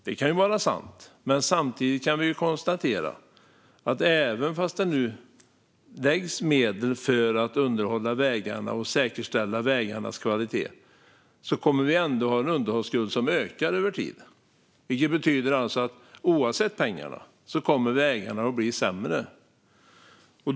Det kan ju vara sant, men samtidigt kan vi konstatera att vi även om det nu läggs medel på att underhålla vägarna och säkerställa vägarnas kvalitet kommer att ha en underhållsskuld som ökar över tid. Det betyder att vägarna kommer att bli sämre oavsett pengarna.